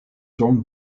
zone